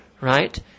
right